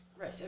right